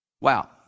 Wow